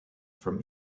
from